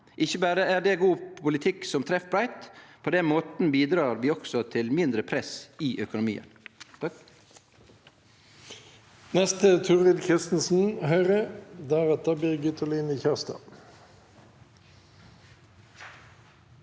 Ikkje berre er det god politikk som treffer breitt; på den måten bidreg vi også til mindre press i økonomien.